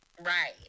Right